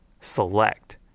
select